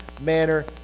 manner